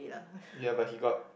ya but he got